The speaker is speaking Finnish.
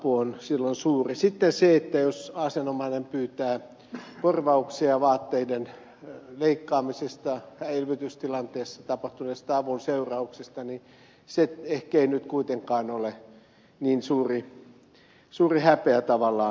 sitten se että jos asianomainen pyytää kor vauksia vaatteiden leikkaamisesta ja elvytystilanteessa tapahtuneista avun seurauksista niin se ehkä ei nyt kuitenkaan ole niin suuri häpeä tavallaan